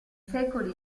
secoli